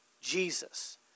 Jesus